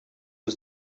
was